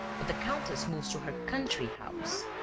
but the countess moves to her country-house.